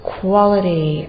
quality